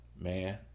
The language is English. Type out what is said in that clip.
Man